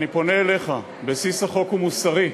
אני פונה אליך, בסיס החוק הוא מוסרי.